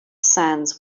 sands